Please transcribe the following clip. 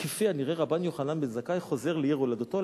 כפי הנראה רבן יוחנן בן זכאי חוזר לעיר הולדתו,